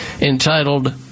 entitled